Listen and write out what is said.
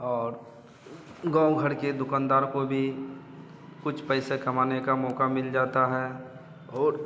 और गाँव घर के दुकनदार को भी कुछ पैसे कमाने का मौक़ा मिल जाता है और